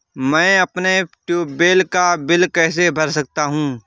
मैं अपने ट्यूबवेल का बिल कैसे भर सकता हूँ?